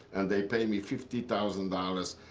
and they pay me fifty thousand dollars,